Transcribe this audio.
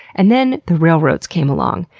and then the railroads came along,